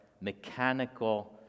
mechanical